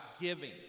giving